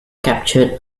captured